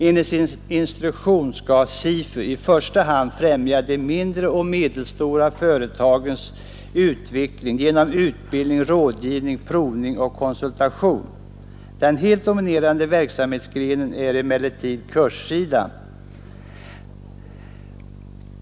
Enligt sin instruktion skall SIFU i första hand främja de mindre och medelstora företagens 23 utveckling genom utbildning, rådgivning, provning och konsultation. Den helt dominerande verksamhetsgrenen är emellertid kurssidan.